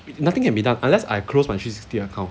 nothing can be done unless I close my three sixty account